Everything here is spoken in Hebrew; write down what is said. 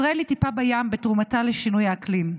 ישראל היא טיפה בים בתרומתה לשינויה אקלים,